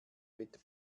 bett